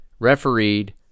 refereed